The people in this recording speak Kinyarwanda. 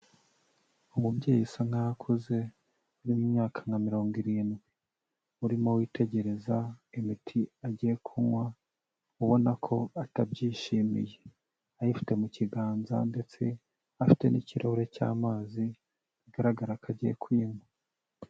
Umubyeyi usa nkaho akuze, uri mu imyaka nka mirongo irindwi, urimo witegereza imiti agiye kunywa ubona ko atabyishimiye, ayifite mu kiganza ndetse afite n'ikiruhure cy'amazi bigaragara ko agiye kuyinywa.